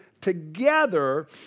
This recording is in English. together